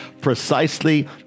precisely